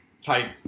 type